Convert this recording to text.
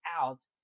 out